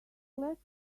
less